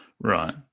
right